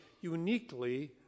uniquely